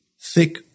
thick